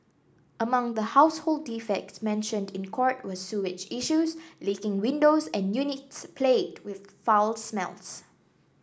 among the household defects mentioned in court were sewage issues leaking windows and units plagued with foul smells